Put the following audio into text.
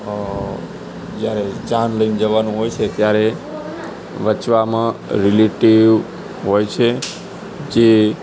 અં જ્યારે જાન લઇને જવાનું હોય છે ત્યારે વચમાં રિલેટિવ હોય છે જે